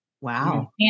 Wow